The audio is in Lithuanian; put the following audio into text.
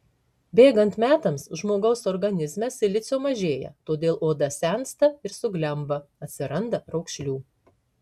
bėgant metams žmogaus organizme silicio mažėja todėl oda sensta ir suglemba atsiranda raukšlių